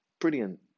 brilliant